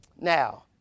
Now